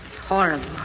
horrible